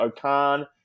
Okan